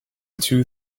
two